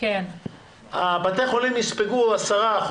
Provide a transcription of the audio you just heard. בתי החולים יספגו 10%?